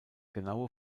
genaue